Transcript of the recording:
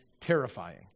terrifying